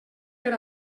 per